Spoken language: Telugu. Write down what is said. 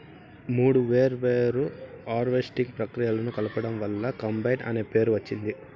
మూడు వేర్వేరు హార్వెస్టింగ్ ప్రక్రియలను కలపడం వల్ల కంబైన్ అనే పేరు వచ్చింది